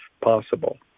possible